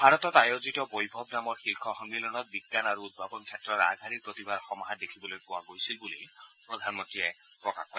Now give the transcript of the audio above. ভাৰতত আয়োজিত বৈভৱ নামৰ শীৰ্ষ সন্মিলনত বিজ্ঞান আৰু উদ্ভাৱন ক্ষেত্ৰৰ আগশাৰীৰ প্ৰতিভাৰ সমাহাৰ দেখিবলৈ পোৱা গৈছিল বুলি প্ৰধানমন্ত্ৰীয়ে প্ৰকাশ কৰে